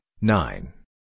nine